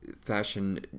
fashion